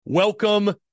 Welcome